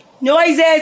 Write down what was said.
Noises